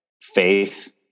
Faith